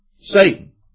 Satan